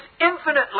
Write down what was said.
infinitely